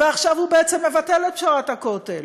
ועכשיו הוא בעצם מבטל את פשרת הכותל.